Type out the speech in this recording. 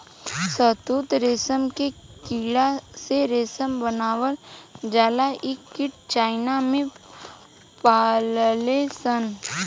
शहतूत रेशम के कीड़ा से रेशम बनावल जाला इ कीट चाइना में पलाले सन